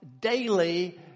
daily